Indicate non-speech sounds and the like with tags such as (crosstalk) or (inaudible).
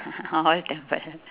(laughs) always temple